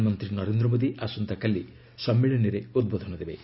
ପ୍ରଧାନମନ୍ତ୍ରୀ ନରେନ୍ଦ୍ର ମୋଦୀ ଆସନ୍ତା କାଲି ସମ୍ମିଳନୀରେ ଉଦ୍ବୋଧନ ଦେବେ